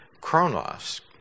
chronos